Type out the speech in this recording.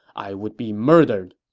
i would be murdered.